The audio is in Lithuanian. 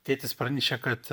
tėtis pranešė kad